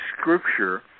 scripture